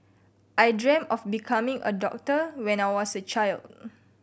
I dreamt of becoming a doctor when I was a child